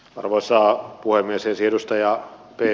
arvoisa puhemies